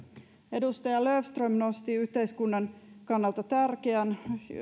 edustaja löfström nosti yhteiskunnan kannalta tärkeän